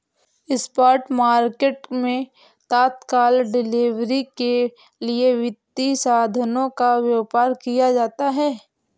spot market मैं तत्काल delivery के लिए वित्तीय साधनों का व्यापार किया जाता है